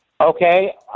Okay